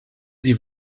sie